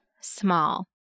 small